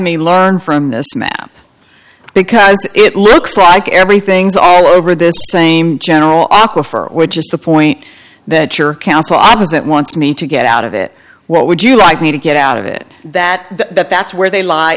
me learn from this map because it looks like everything's all over the same general aquifer which is the point that your council i was at wants me to get out of it what would you like me to get out of it that that that's where they li